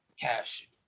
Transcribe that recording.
Cash